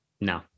No